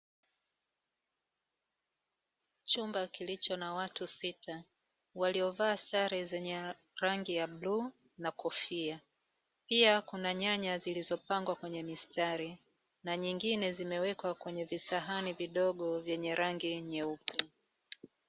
Chumba kilicho na watu sita, waliovaa sare zenye rangi ya bluu na kofia, pia kuna nyanya zilizopangwa kwenye mistari, na nyingine zimewekwa kwenye visahani vidogo vyenye rangi nyeupe.